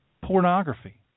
pornography